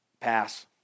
Pass